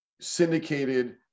syndicated